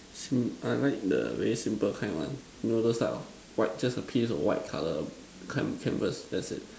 I like the very simple kind one you know those type of white just a piece of white colour can canvas that's it